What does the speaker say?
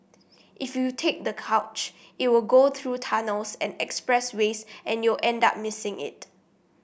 if you take the coach it will go through tunnels and expressways and you'll end up missing it